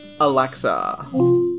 Alexa